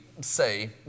say